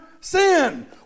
sin